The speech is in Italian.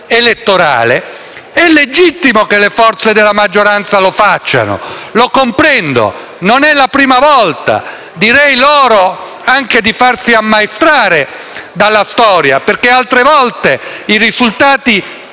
è legittimo che le forze della maggioranza lo facciano - lo comprendo, non è la prima volta - ma direi loro anche di farsi ammaestrare dalla storia, perché altre volte i risultati